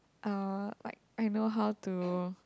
uh like I know how to